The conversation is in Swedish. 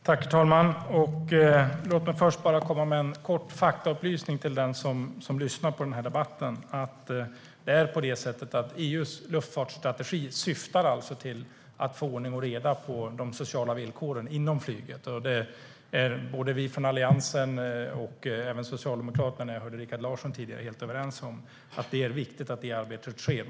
Herr talman! Låt mig först komma med en kort faktaupplysning till den som lyssnar på den här debatten. EU:s luftfartsstrategi syftar till att få ordning och reda på de sociala villkoren inom flyget. Vi från Alliansen och även Socialdemokraterna - jag hörde Rikard Larsson tidigare - är helt överens om att det är viktigt att det arbetet sker.